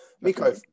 Miko